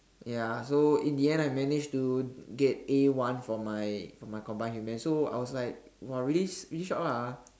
ya so in the end I manage to get A one for my for my combined humans so I was like !wah! really really shock lah